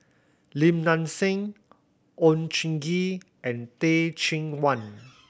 Lim Nang Seng Oon Jin Gee and Teh Cheang Wan